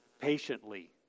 Patiently